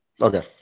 Okay